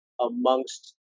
amongst